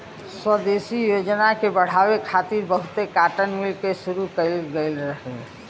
स्वदेशी योजना के बढ़ावे खातिर बहुते काटन मिल के शुरू कइल गइल रहे